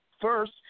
first